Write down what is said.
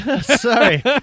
Sorry